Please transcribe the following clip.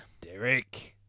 Derek